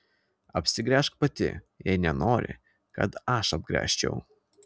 apsigręžk pati jei nenori kad aš apgręžčiau